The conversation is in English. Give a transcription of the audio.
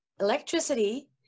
electricity